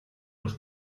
los